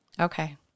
Okay